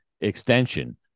extension